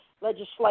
legislation